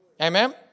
Amen